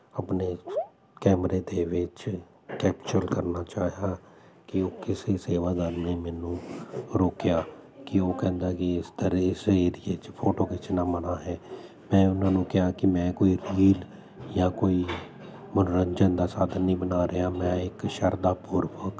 ਆਪਣੇ ਕੈਮਰੇ ਦੇ ਵਿੱਚ ਕੈਪਚਰ ਕਰਨਾ ਚਾਹਿਆ ਕਿ ਉਹ ਕਿਸੇ ਸੇਵਾਦਾਰ ਨੇ ਮੈਨੂੰ ਰੋਕਿਆ ਕਿ ਉਹ ਕਹਿੰਦਾ ਕਿ ਇੱਧਰ ਇਸ ਏਰੀਏ 'ਚ ਫੋਟੋ ਖਿੱਚਣਾ ਮਨ੍ਹਾ ਹੈ ਮੈਂ ਉਹਨਾਂ ਨੂੰ ਕਿਹਾ ਕਿ ਮੈਂ ਕੋਈ ਰੀਲ ਜਾਂ ਕੋਈ ਮਨੋਰੰਜਨ ਦਾ ਸਾਧਨ ਨਹੀਂ ਬਣਾ ਰਿਹਾ ਮੈਂ ਇੱਕ ਸ਼ਰਧਾ ਪੂਰਵਕ